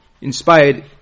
inspired